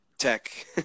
tech